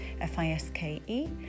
F-I-S-K-E